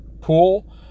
pool